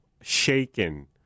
shaken